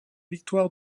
victoire